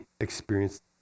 experienced